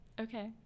okay